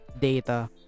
data